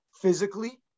physically